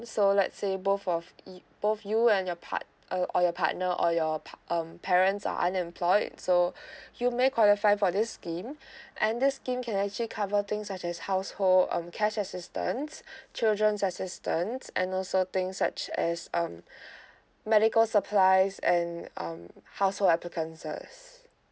so let's say both of y~ both you and your part~ uh or your partner or your pa~ um parents are unemployed so you may qualify for this scheme and this scheme can actually cover things such as household um cash assistance children's assistance and also things such as um medical supplies and um household applicances